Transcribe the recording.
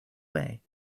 way